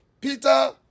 Peter